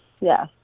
yes